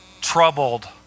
troubled